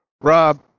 Rob